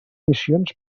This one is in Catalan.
missions